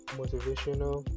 motivational